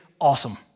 awesome